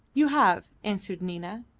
you have, answered nina.